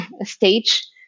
stage